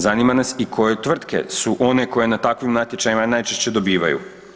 Zanima nas i koje tvrtke su one koje na takvim natječajima najčešće dobivaju.